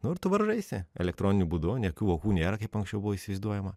nu ir tu varžaisi elektroniniu būdu nei jokių vokų nėra kaip anksčiau buvo įsivaizduojama